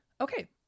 okay